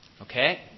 Okay